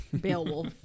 Beowulf